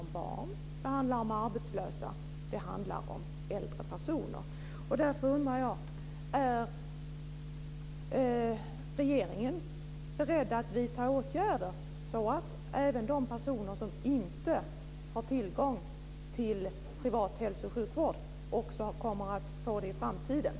Det gäller barn, arbetslösa och äldre personer.